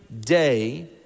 day